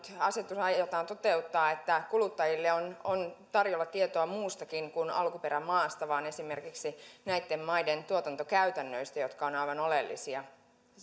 asetus aiotaan nyt toteuttaa jotta kuluttajille on on tarjolla tietoa muustakin kuin alkuperämaasta myös esimerkiksi näitten maiden tuotantokäytännöistä jotka ovat aivan oleellisia